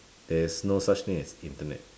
there is no such thing as internet